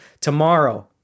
Tomorrow